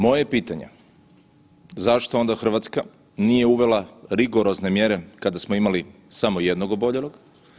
Moje je pitanje, zašto onda Hrvatska nije uvela rigorozne mjere kada smo imali samo jednog oboljelog?